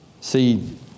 See